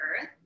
earth